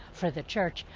for the church.